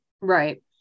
right